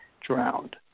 drowned